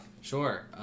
Sure